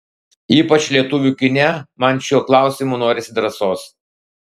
ypač lietuvių kine man šiuo klausimu norisi drąsos